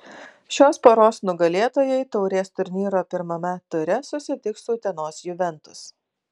šios poros nugalėtojai taurės turnyro pirmame ture susitiks su utenos juventus